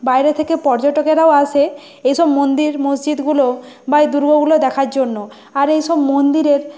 বাইরে থেকে পর্যটকেরাও আসে এইসব মন্দির মসজিদগুলো বা এই দুর্গগুলো দেখার জন্য আর এইসব মন্দিরের